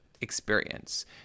experience